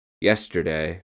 yesterday